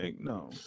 No